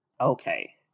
Okay